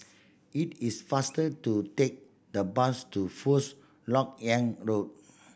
it is faster to take the bus to First Lok Yang Road